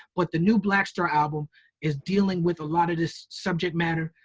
but the new black star album is dealing with a lot of this subject matter.